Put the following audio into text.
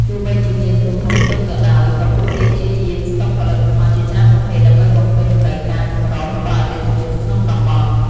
ទោះបីជាមានទំហំតូចក៏ដោយ ក៏ពួកគេព្យាយាមស្តុកផលិតផលជាច្រើនប្រភេទដើម្បីបំពេញតម្រូវការចម្រុះរបស់អតិថិជនក្នុងតំបន់។